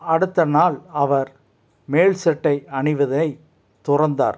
அடுத்தநாள் அவர் மேல் சட்டை அணிவதை துறந்தார்